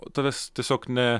tavęs tiesiog ne